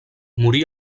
morí